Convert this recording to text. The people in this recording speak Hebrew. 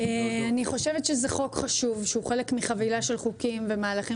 זה חוק חשוב שהוא חלק מחבילה של חוקים ומהלכים